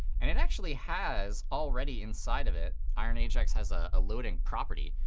and it actually has already inside of it iron ajax has a loading property.